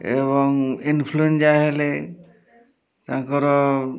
ଏବଂ ଇନଫ୍ଲୁଏଞ୍ଜା ହେଲେ ତାଙ୍କର